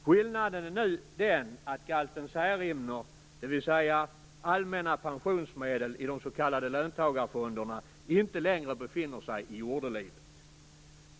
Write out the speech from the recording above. Skillnaden är nu den att galten Särimner, dvs. allmänna pensionsmedel i de s.k. löntagarfonderna, inte längre befinner sig i jordelivet.